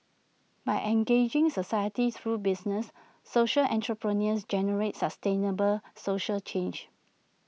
by engaging society through business social entrepreneurs generate sustainable social change